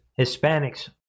Hispanics